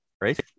right